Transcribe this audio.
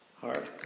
Hard